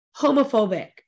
Homophobic